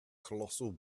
colossal